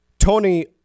Tony